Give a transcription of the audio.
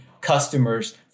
customers